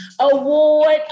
award